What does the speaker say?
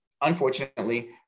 Unfortunately